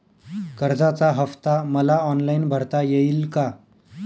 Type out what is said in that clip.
कर्जाचा हफ्ता मला ऑनलाईन भरता येईल का?